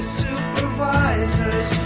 supervisors